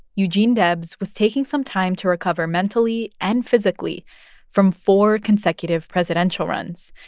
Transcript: eugene debs was taking some time to recover mentally and physically from four consecutive presidential runs.